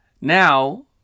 Now